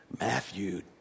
Matthew